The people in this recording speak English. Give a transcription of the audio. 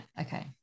okay